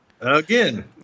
Again